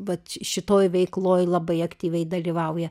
vat šitoj veikloj labai aktyviai dalyvauja